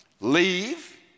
Leave